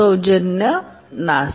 सौजन्य नासा